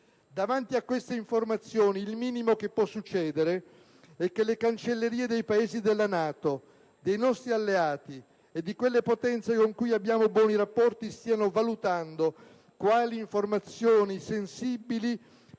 Davanti a queste informazioni il minimo che può succedere è che le cancellerie dei Paesi della NATO, dei nostri alleati e di quelle potenze con cui abbiamo buoni rapporti stiano valutando quali informazioni sensibili